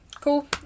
Cool